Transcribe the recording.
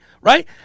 right